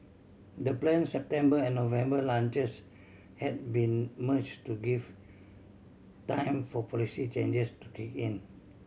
the plan September and November launches had been merge to give time for policy changes to kick in